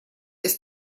ist